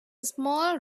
small